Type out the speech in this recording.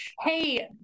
hey